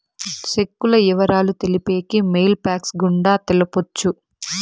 సెక్కుల ఇవరాలు తెలిపేకి మెయిల్ ఫ్యాక్స్ గుండా తెలపొచ్చు